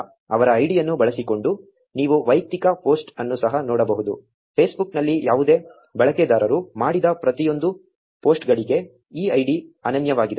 ಅವರ ಐಡಿಯನ್ನು ಬಳಸಿಕೊಂಡು ನೀವು ವೈಯಕ್ತಿಕ ಪೋಸ್ಟ್ ಅನ್ನು ಸಹ ನೋಡಬಹುದು Facebook ನಲ್ಲಿ ಯಾವುದೇ ಬಳಕೆದಾರರು ಮಾಡಿದ ಪ್ರತಿಯೊಂದು ಪೋಸ್ಟ್ಗಳಿಗೆ ಈ ಐಡಿ ಅನನ್ಯವಾಗಿದೆ